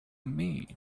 mean